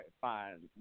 fine